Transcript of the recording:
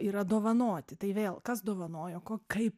yra dovanoti tai vėl kas dovanojo ko kaip